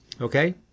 Okay